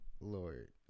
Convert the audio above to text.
Lord